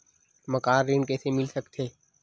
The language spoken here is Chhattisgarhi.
मकान ऋण कइसे मिल सकथे?